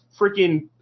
freaking